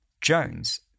Jones